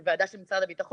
זו ועדה של משרד הביטחון